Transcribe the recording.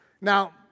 Now